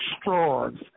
straws